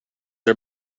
are